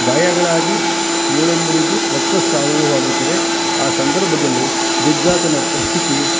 ಗಾಯಗಳಾಗಿ ಮೂಳೆ ಮುರಿದು ರಕ್ತಸ್ರಾವವು ಆಗುತ್ತದೆ ಆ ಸಂದರ್ಭದಲ್ಲಿ ಬಿದ್ದಾತನ ಪರಿಸ್ಥಿತಿ